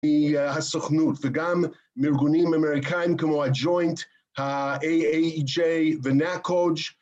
מהסוכנות, וגם מארגונים אמריקאים כמו הג'וינט, ה-AAEJ, ונקודג'